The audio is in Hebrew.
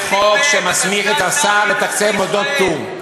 זה חוק שמסמיך את השר לתקצב מוסדות פטור.